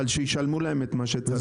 אבל שישלמו להם את מה שצריך.